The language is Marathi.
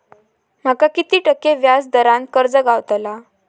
माका किती टक्के व्याज दरान कर्ज गावतला?